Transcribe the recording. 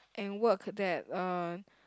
and work that uh